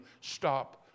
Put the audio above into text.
stop